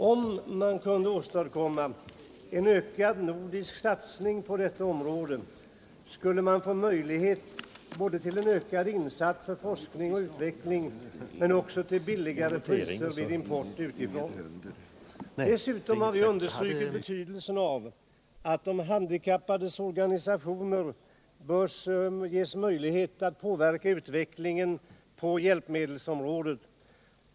Om man kunde åstadkomma en ökad nordisk satsning på detta område, skulle man få möjlighet både till en ökad insats för forskning och utveckling och till billigare priser vid import. Dessutom har vi understrukit betydelsen av att de handikappades organisationer ges möjlighet att påverka utvecklingen på hjälpmedelsområdet.